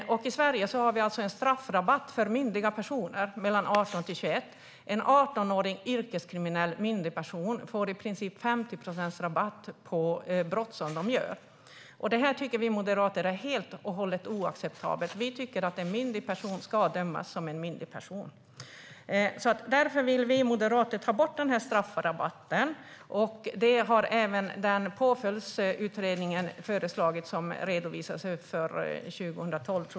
I Sverige har vi en straffrabatt för myndiga personer mellan 18 och 21 år. En 18-årig myndig yrkeskriminell person får i princip 50 procents rabatt på straffet. Detta tycker vi moderater är helt oacceptabelt. Vi tycker att en myndig person ska dömas som en myndig person. Därför vill vi moderater ta bort denna straffrabatt. Det föreslog även Påföljdsutredningen i sitt betänkande som redovisades 2012.